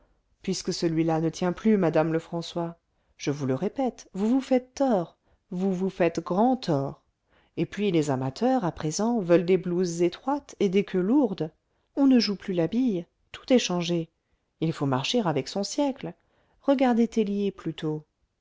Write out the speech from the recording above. puisque celui-là ne tient plus madame lefrançois je vous le répète vous vous faites tort vous vous faites grand tort et puis les amateurs à présent veulent des blouses étroites et des queues lourdes on ne joue plus la bille tout est changé il faut marcher avec son siècle regardez tellier plutôt